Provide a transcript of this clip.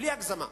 בלי הגזמה.